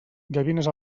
gavines